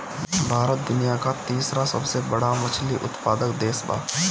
भारत दुनिया का तीसरा सबसे बड़ा मछली उत्पादक देश बा